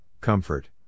comfort